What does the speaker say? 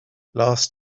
last